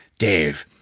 dave,